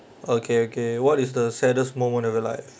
okay okay what is the saddest moment of your life